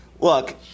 Look